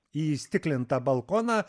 į stiklintą balkoną